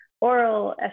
oral